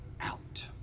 out